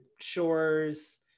shores